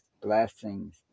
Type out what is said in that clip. blessings